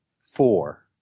Four